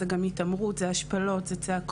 זה גם התעמרות, זה השפלות, זה צעקות.